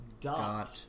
dot